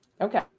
Okay